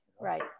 Right